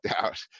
out